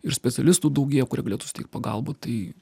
ir specialistų daugėja kurie galėtų suteikt pagalbą tai